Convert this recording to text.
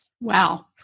Wow